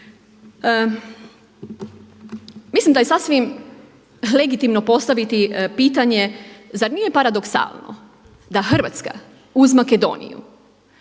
Mislim da je sasvim legitimno postaviti pitanje zar nije paradoksalno da Hrvatska uz Makedoniju